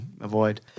avoid